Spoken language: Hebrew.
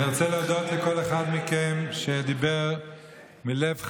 אני רוצה להודות לכל אחד מכם שדיבר מלב חם,